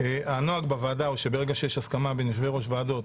הנוהג בוועדה הוא שברגע שיש הסכמה בין יושב-ראש ועדות